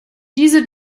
diese